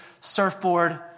surfboard